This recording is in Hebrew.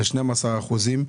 ל-12 אחוזים,